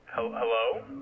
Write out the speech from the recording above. Hello